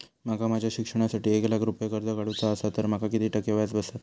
माका माझ्या शिक्षणासाठी एक लाख रुपये कर्ज काढू चा असा तर माका किती टक्के व्याज बसात?